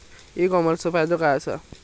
E कॉमर्सचो फायदो काय असा?